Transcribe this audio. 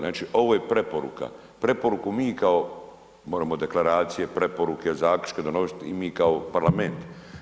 Znači ovo je preporuka, preporuku mi kao, moremo deklaracije preporuke i zaključke donosit i mi kao parlament.